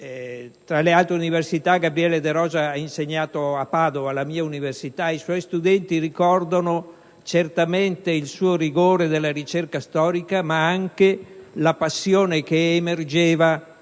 Tra le altre università, Gabriele De Rosa ha insegnato a Padova, nella mia università, ed i suoi studenti ricordano certamente il suo rigore nella ricerca storica, ma anche la passione civile